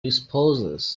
disposes